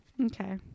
Okay